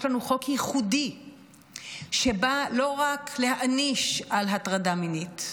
לנו חוק ייחודי שבא לא רק להעניש על הטרדה המינית,